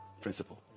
principle